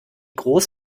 groß